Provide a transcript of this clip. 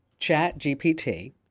ChatGPT